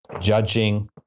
judging